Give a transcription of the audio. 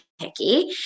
picky